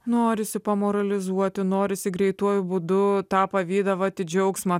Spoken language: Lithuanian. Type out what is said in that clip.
norisi pamoralizuoti norisi greituoju būdu tą pavydą vat į džiaugsmą